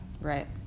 Right